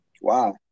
Wow